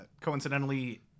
Coincidentally